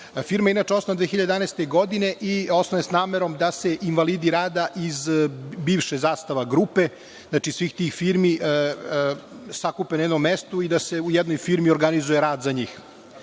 Firma je inače osnovana 2011. godine i osnovana je sa namerom da se invalidi rada iz bivše „Zastava“ grupe, svih tih firmi, sakupe na jednom mestu i da se u jednoj firmi organizuje rad za njih.